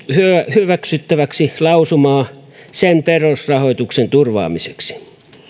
hyväksyttäväksi lausumaa sen perusrahoituksen turvaamiseksi